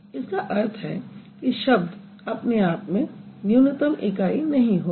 इसका अर्थ है कि शब्द अपने आप में न्यूनतम इकाई नहीं होता